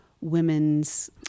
women's